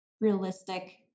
realistic